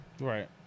Right